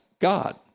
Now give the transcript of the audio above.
God